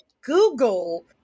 Google